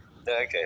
Okay